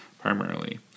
primarily